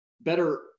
better